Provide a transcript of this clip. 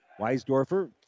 Weisdorfer